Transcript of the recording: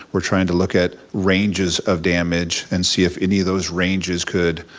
we're trying to look at ranges of damage and see if any of those ranges could,